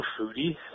foodie